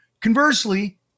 Conversely